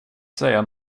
säga